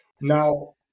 now